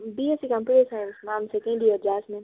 BSc computer science ma'am second year jasmine